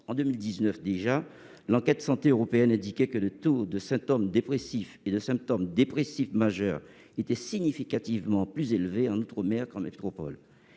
En 2019 déjà, l'enquête santé européenne indiquait que le taux de symptômes dépressifs et de symptômes dépressifs majeurs était significativement plus élevé en outre-mer qu'en métropole.